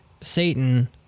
Satan